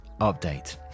update